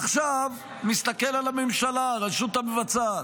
עכשיו נסתכל על הממשלה, הרשות המבצעת.